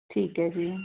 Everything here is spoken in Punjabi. ਠੀਕ ਹੈ ਜੀ